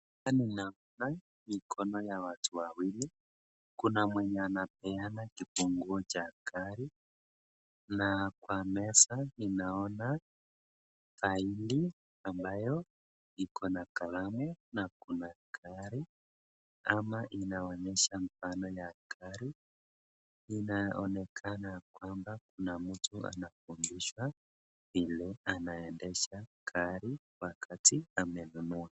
Hapa ni naona mikono ya watu wawili. Kuna mwenye anapeana kifunguo cha gari, na kwa meza ninaona faili ambayo iko na kalamu na kuna na gari. Ama inaonyesha mfano wa gari. Inaonekana kwamba kuna mtu anafundishwa vile anaendesha gari wakati amenunua.